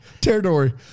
territory